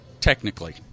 technically